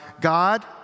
God